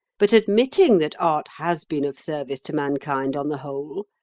but admitting that art has been of service to mankind on the whole,